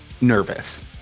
nervous